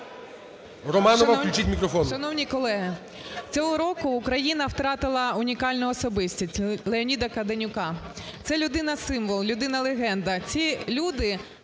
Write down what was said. Романова, включіть мікрофон.